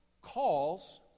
calls